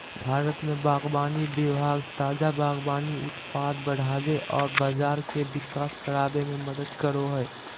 भारत में बागवानी विभाग ताजा बागवानी उत्पाद बढ़ाबे औरर बाजार के विकास कराबे में मदद करो हइ